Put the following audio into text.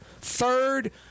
third